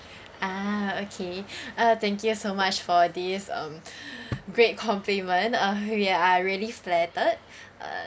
ah okay uh thank you so much for this um great compliment uh ya I really flattered uh